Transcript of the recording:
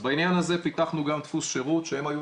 בעניין הזה פיתחנו גם דפוס שירות שהם היו